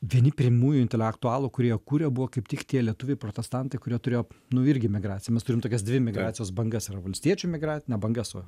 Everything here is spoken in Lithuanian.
vieni pirmųjų intelektualų kurie jį kūrė buvo kaip tik tie lietuviai protestantai kurie turėjo nu irgi migracija mes turim tokias dvi migracijos bangas yra valstiečių migra ne bangas o